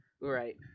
Right